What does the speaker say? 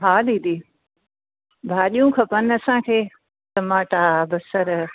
हा दीदी भाॼियूं खपनि असांखे टमाटा बसर